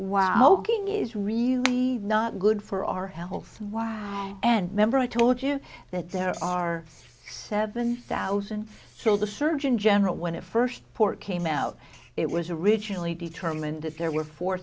king is really not good for our health wow and member i told you that there are seven thousand so the surgeon general when it first port came out it was originally determined that there were four